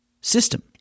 system